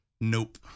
Nope